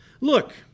Look